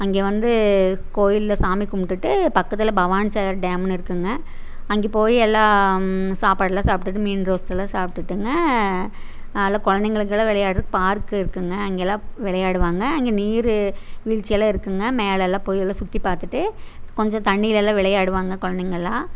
அங்கே வந்து கோயிலில் சாமி கும்பிட்டுட்டு பக்கத்தில் பவானி சாகர் டேம்ன்னு இருக்குங்க அங்கே போய் எல்லாம் சாப்பாடுல்லாம் சாப்பிட்டுட்டு மீன் ரோஸ்ட்டெல்லாம் சாப்பிட்டுட்டுங்க அதில் குழந்தைங்களுக்கெல்லாம் விளையாடுறக்கு பார்க் இருக்குங்க அங்கேயெல்லாம் விளையாடுவாங்க அங்கே நீர் வீழ்ச்சியெல்லாம் இருக்குங்க மேலல்லாம் போய் எல்லாம் சுற்றி பார்த்துட்டு கொஞ்சம் தண்ணிலலாம் விளையாடுவாங்க குழந்தைங்கல்லாம்